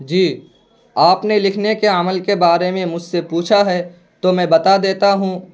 جی آپ نے لکھنے کے عمل کے بارے میں مجھ سے پوچھا ہے تو میں بتا دیتا ہوں